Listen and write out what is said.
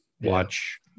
watch